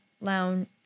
Lounge